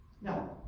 Now